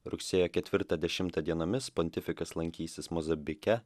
rugsėjo ketvirtą dešimtą dienomis pontifikas lankysis mozambike